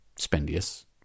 Spendius